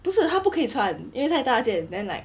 不是他不可以穿因为太大件 then like